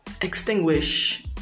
extinguish